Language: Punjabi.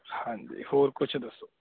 ਹਾਂਜੀ ਹੋਰ ਕੁਝ ਦੱਸੋ